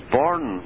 born